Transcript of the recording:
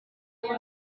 mujyi